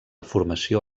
formació